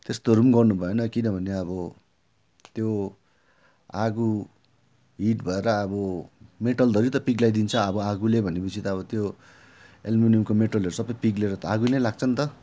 त्यस्तोहरू गर्नु भएन किनभने अब त्यो आगो हिट भएर अब मेटल धरि त पिघ्लाई दिन्छ अब आगोले भन्यो पछि त अब त्यो एल्युमिनियमको मेटलहरू सबै पिघ्लेर त आगो नै लाग्छन् त